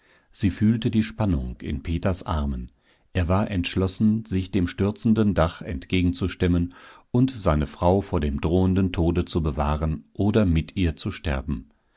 sie fühlte die spannung in peters armen er war entschlossen sich dem stürzenden dach entgegenzustemmen und seine frau vor dem drohenden tode zu bewahren oder mit ihr zu sterben